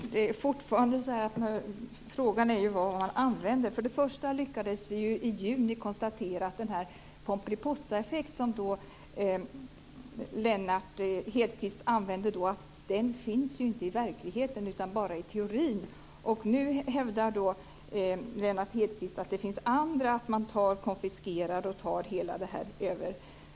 Fru talman! Det är fortfarande så att frågan är vad man använder. I juni lyckades vi konstatera att den Pomperipossaeffekt som Lennart Hedquist talar om inte finns i verkligheten utan bara i teorin. Nu hävdar då Lennart Hedquist att det finns andra exempel på detta.